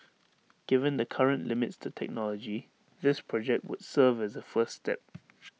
given the current limits to technology this project would serve as A first step